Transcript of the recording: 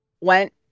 went